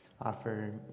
offer